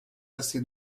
assez